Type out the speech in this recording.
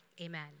amen